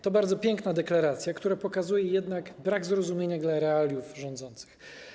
To bardzo piękna deklaracja, która pokazuje jednak brak zrozumienia realiów przez rządzących.